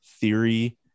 theory